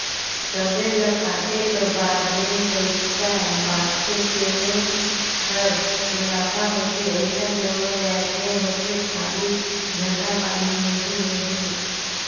सबे ल कांटे कर बाद जेन पइसा बाचथे तेने हर मुनाफा होथे अइसन जम्मो जाएत में होथे खाली धंधा पानी में ही नई